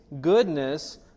goodness